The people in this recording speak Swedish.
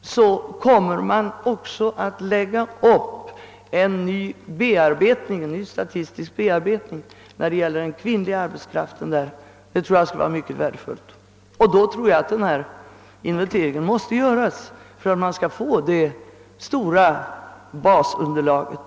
skall bli möjligt att lägga upp en ny statistisk bearbetning när det gäller den kvinnliga arbetskraften — det tror jag skulle vara mycket värdefullt — och då tror jag att denna inventering måste göras för att man skall få det stora basunderlaget.